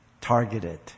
targeted